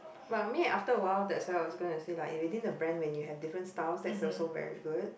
but I mean after awhile that's why I was going to say like within a brand if you have different style that's also very good